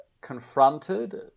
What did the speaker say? confronted